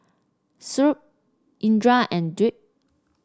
Shoaib Indra and Dwi